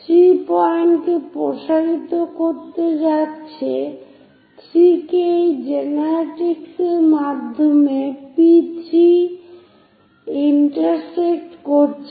3 পয়েন্টকে প্রসারিত করতে হবে যা ইন্টারসেক্ট করতে যাচ্ছে 3 কে এই জেনারেট্রিক্সের মাধ্যমে P3 এ ইন্টারসেক্ট করছে